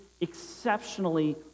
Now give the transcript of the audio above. exceptionally